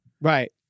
Right